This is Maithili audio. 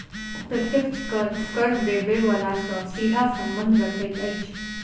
प्रत्यक्ष कर, कर देबय बला सॅ सीधा संबंध रखैत अछि